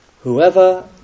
Whoever